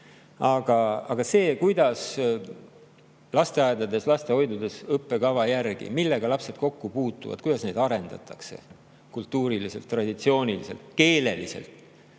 ja millega lasteaedades, lastehoidudes õppekava järgi lapsed kokku puutuvad, kuidas neid arendatakse kultuuriliselt, traditsiooniliselt, keeleliselt,